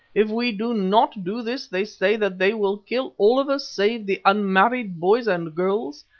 if we do not do this they say that they will kill all of us save the unmarried boys and girls,